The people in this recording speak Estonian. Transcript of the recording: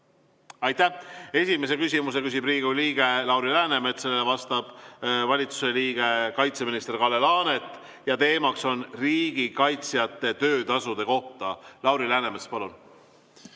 palun! Esimese küsimuse küsib Riigikogu liige Lauri Läänemets, sellele vastab valitsuse liige kaitseminister Kalle Laanet ja teema on riigikaitsjate töötasud. Lauri Läänemets, palun!